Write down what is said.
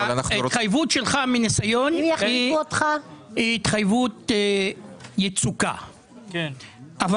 ההתחייבות שלך, מניסיון, היא התחייבות יצוקה, אבל